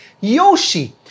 Yoshi